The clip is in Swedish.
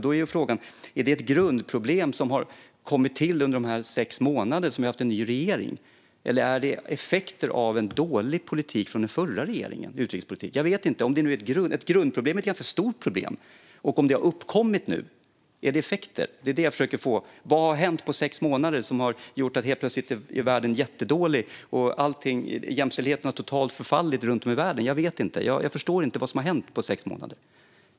Då är frågan om det är ett grundproblem som har kommit till under de sex månader vi har haft en ny regering eller om det är effekter av en dålig utrikespolitik som bedrevs av den förra regeringen. Jag vet inte. Ett grundproblem är att ganska stort problem. Om det har uppkommit nu, är det då effekter? Det är det jag försöker förstå. Vad har hänt på sex månader som har gjort att världen helt plötsligt är jättedålig och att jämställdheten i världen har förfallit totalt? Jag förstår inte vad som har hänt på sex månader.